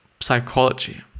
psychology